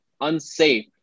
unsafe